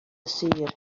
sir